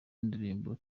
indirimbo